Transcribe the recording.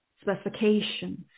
specifications